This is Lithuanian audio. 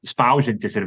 spaudžiantys ir